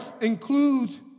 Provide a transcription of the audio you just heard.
includes